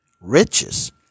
riches